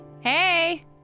Hey